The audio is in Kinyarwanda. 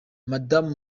madamu